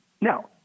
Now